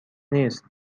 نیست